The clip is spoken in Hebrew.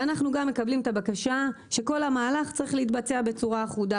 ואנחנו גם מקבלים את הבקשה שכל המהלך צריך להתבצע בצורה אחודה.